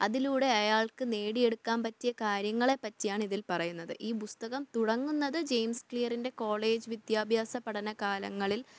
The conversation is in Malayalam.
അതിലൂടെ അയാൾക്ക് നേടിയെടുക്കാൻ പറ്റിയ കാര്യങ്ങളെ പറ്റിയാണ് ഇതിൽ പറയുന്നത് ഈ പുസ്തകം തുടങ്ങുന്നത് ജെയിംസ് ക്ലിയറിൻ്റെ കോളേജ് വിദ്യാഭ്യാസ പഠനകാലങ്ങളിൽ